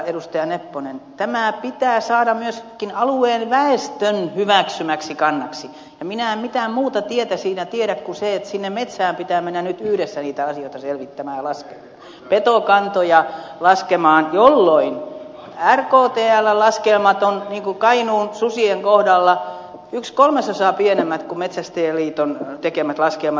nepponen tämä pitää saada myöskin alueen väestön hyväksymäksi kannaksi ja minä en mitään muuta tietä siinä tiedä kuin sen että sinne metsään pitää mennä nyt yhdessä niitä asioita selvittämään ja laskemaan petokantoja jolloin rktln laskelmat ovat kainuun susien kohdalla yksi kolmasosa pienemmät kuin metsästäjien liiton tekemät laskelmat